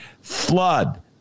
flood